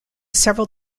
several